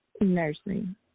Nursing